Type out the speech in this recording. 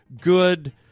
good